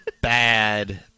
bad